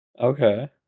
Okay